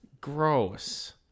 Gross